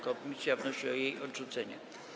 Komisja wnosi o jej odrzucenie.